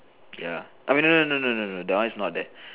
ya I mean wait no no no no no no that one is not there